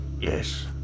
Yes